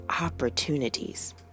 opportunities